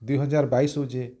ଦୁଇ ହଜାର ବାଇଶ ହେଉଛି